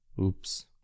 Oops